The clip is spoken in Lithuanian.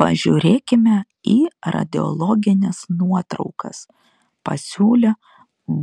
pažiūrėkime į radiologines nuotraukas pasiūlė